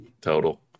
total